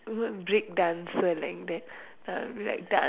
break dancer like that uh like dance